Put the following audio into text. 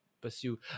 pursue